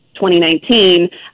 2019